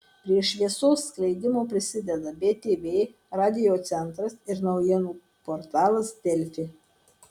prie šviesos skleidimo prisideda btv radiocentras ir naujienų portalas delfi